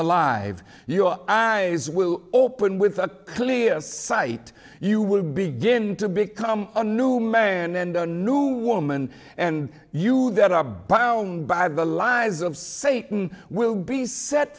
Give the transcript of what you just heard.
alive your eyes will open with a clear sight you will begin to become a new man and a new woman and you that are bound by the lies of satan will be set